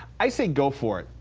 i say go for it.